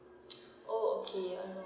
oh okay allah